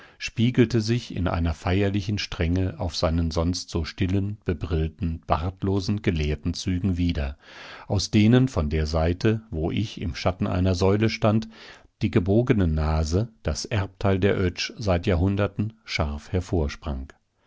spiegelte sich in einer feierlichen strenge auf seinen sonst stillen bebrillten bartlosen gelehrtenzügen wider aus denen von der seite wo ich im schatten einer säule stand die gebogene nase das erbteil der oetsch seit jahrhunderten scharf